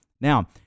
Now